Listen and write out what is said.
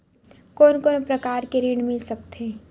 कोन कोन प्रकार के ऋण मिल सकथे?